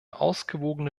ausgewogene